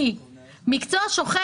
כי מקצוע שוחק,